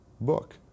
book